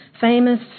famous